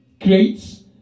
creates